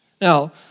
Now